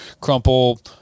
crumple